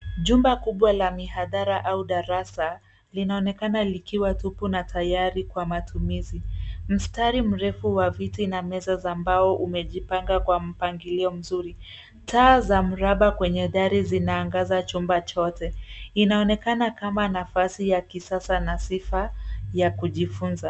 Jumba kubwa la mihadhara au darasa, linaonekana likiwa tupu na tayari kwa matumizi. Mstari mrefu wa viti na meza za mbao umejipanga kwa mpangilio mzuri. Taa za mraba kwenye dari zinaangaza chumba chote. Inaonekana kama nafasi ya kisasa na sifa ya kujifunza.